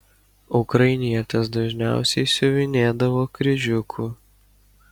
ukrainietės dažniausiai siuvinėdavo kryžiuku